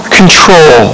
control